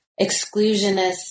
exclusionist